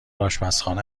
آشپزخانه